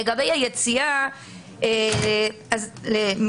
לגבי היציאה מישראל.